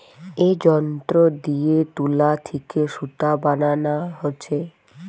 এ যন্ত্র দিয়ে তুলা থিকে সুতা বানানা হচ্ছে